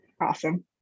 Awesome